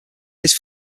his